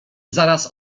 zaraz